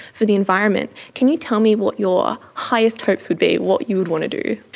for the environment. can you tell me what your highest hopes would be, what you would want to do?